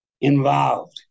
involved